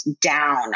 down